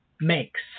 makes